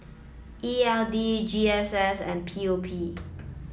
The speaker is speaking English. E L D G S S and P O P